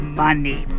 money